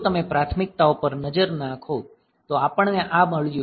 જો તમે પ્રાથમિકતાઓ પર નજર નાખો તો આપણને આ મળ્યું છે